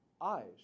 eyes